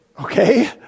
Okay